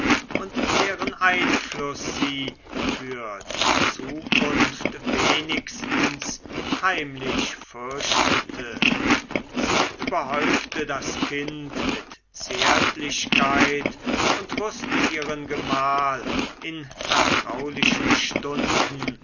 und deren einfluß sie für die zukunft wenigstens heimlich fürchtete sie überhäufte das kind mit zärtlichkeit und wußte ihren gemahl in vertraulichen stunden